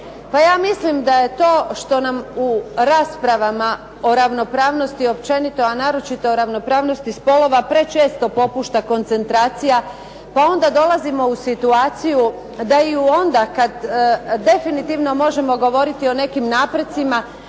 Pa ja mislim da je to što nam u raspravama o ravnopravnosti općenito, a naročito o ravnopravnosti spolova prečesto popušta koncentracija pa onda dolazimo u situaciju da i onda kad definitivno možemo govoriti o nekim napretcima